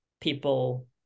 people